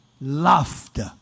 laughter